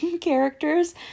characters